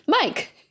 Mike